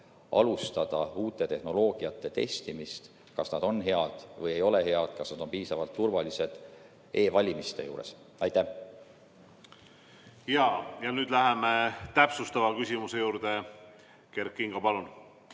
alustada uute tehnoloogiate testimist, et kas nad on head või ei ole head, kas nad on piisavalt turvalised, e‑valimiste juures. Nüüd läheme täpsustava küsimuse juurde. Kert Kingo, palun!